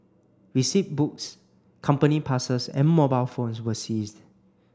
receipt books company passes and mobile phones were seized